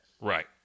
Right